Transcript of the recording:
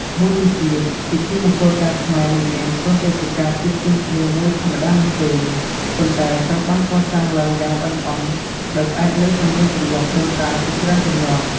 មួយវិញទៀត ពិធីមង្គលការខ្មែរមិនមែនគ្រាន់តែជាការជួបជុំគ្នាមួយធម្មតានោះទេ ប៉ុន្តែត្រូវបានកសាងឡើងយ៉ាងល្អិតល្អន់ដោយផ្អែកលើទំនៀមទម្លាប់ដូនតាជាច្រើនជំនាន់។